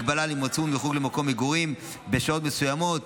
הגבלה על הימצאות מחוץ למקום המגורים בשעות מסוימות,